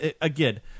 Again